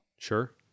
Sure